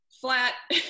flat